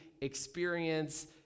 experience